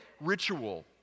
ritual